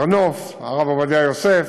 הר-נוף, הרב עובדיה יוסף,